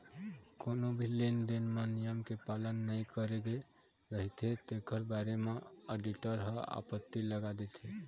कोनो भी लेन देन म नियम के पालन नइ करे गे रहिथे तेखर बारे म आडिटर ह आपत्ति लगा देथे